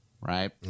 right